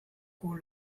cool